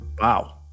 Wow